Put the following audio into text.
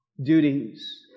duties